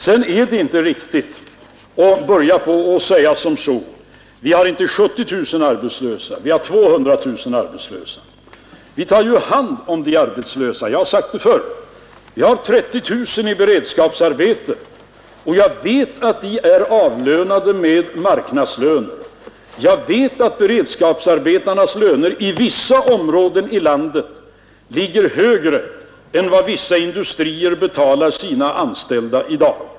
Sedan är det inte riktigt att säga att vi har inte 70 000 arbetslösa, vi har 200 000 arbetslösa. Vi tar ju hand om de arbetslösa. Jag har sagt det förr. Vi har 30 000 av dem i beredskapsarbete, och jag vet att de är avlönade med marknadslöner. Jag vet att beredskapsarbetarnas löner i vissa områden av landet ligger högre än vad vissa industrier betalar sina anställda i dag.